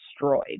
destroyed